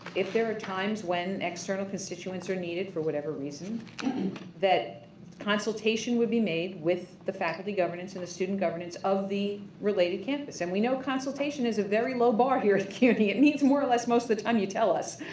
if there are times when external constituents are needed for whatever reason that consultation would be made with the faculty governance and the student governance of the related campus. and we know consultation is a very low bar here at cuny. it needs more or less most of the time you tell us.